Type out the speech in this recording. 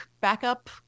backup